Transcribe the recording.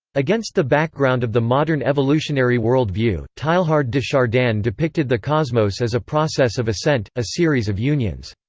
against the background of the modern evolutionary world view, teilhard de chardin depicted the cosmos as a process of ascent, a series of unions.